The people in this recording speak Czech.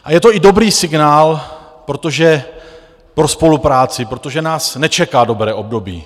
A je to i dobrý signál pro spolupráci, protože nás nečeká dobré období.